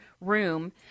room